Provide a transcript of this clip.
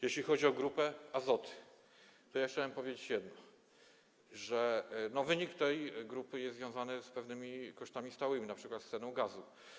Jeśli chodzi o Grupę Azoty, to chciałem powiedzieć jedno - wynik tej grupy jest związany z pewnymi kosztami stałymi, np. z ceną gazu.